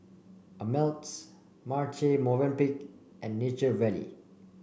Ameltz Marche Movenpick and Nature Valley